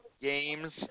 games